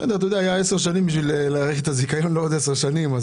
היו עשר שנים להאריך את הזיכיון לעוד עשר שנים.